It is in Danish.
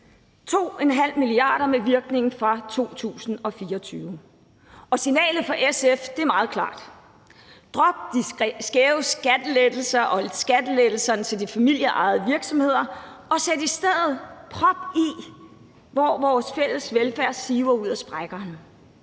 2,5 mia. kr. med virkning fra 2024. Signalet fra SF er meget klart: Drop de skæve skattelettelser og skattelettelserne til de familieejede virksomheder, og sæt i stedet prop i, hvor vores fælles velfærd siver ud af sprækkerne.